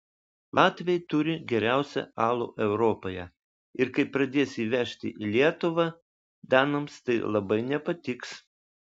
latviai turi geriausią alų europoje ir kai pradės jį vežti į lietuvą danams tai labai nepatiks